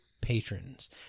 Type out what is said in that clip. patrons